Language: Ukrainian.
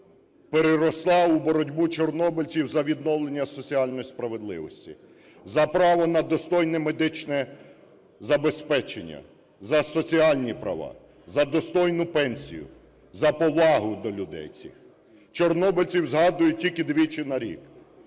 переросла у боротьбу чорнобильців за відновлення соціальної справедливості, за право на достойне медичне забезпечення, за соціальні права, за достойну пенсію, за повагу до людей цих. Чорнобильців згадують тільки двічі на рік: